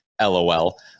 lol